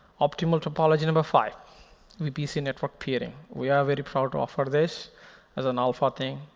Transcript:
optimal topology number five vpc network peering. we are very proud to offer this as an alpha thing.